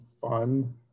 fun